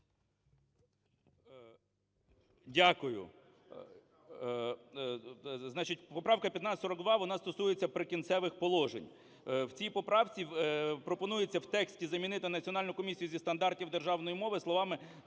поправка 1542, вона стосується "Прикінцевих положень". В цій поправці пропонується в тексті замінити "Національною комісію зі стандартів державної мови" словами